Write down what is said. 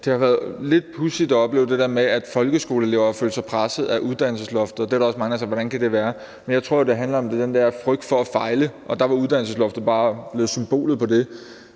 det har været lidt pudsigt at opleve det der med, at folkeskoleelever har følt sig presset af uddannelsesloftet. Der er også mange, der har sagt: Hvordan kan det være? Men jeg tror jo, det handler om den der frygt for at fejle, og det var uddannelsesloftet bare blevet symbolet på.